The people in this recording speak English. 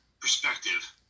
perspective